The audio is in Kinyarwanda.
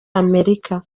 amerika